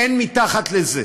אין מתחת לזה.